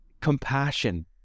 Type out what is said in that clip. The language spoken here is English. Compassion